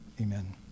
Amen